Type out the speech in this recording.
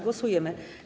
Głosujemy.